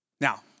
Now